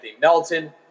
Melton